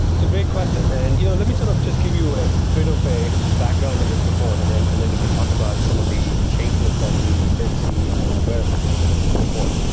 it's a great question, and and you know let me sort of just give you a bit of a background in and this report, and then and then we can talk about some of the changes that we did see and we're highlighted in this report,